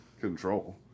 control